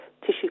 tissue